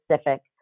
specific